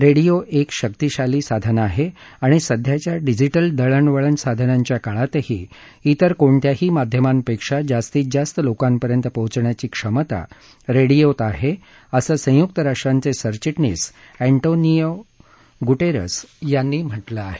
radio एक शक्तिशाली साधन आहे आणि सध्याच्या डिजिटल दळणवळण साधनांच्या काळातही इतर कोणत्याही माध्यमांपेक्षा जास्तीत जास्त लोकांपर्यंत पोहोचण्याची क्षमता रेडियोत आहे असं संयुक राष्ट्रांचे सरचिटणीस अँटोनियो गुटेरस यांनी म्हटलं आहे